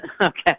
Okay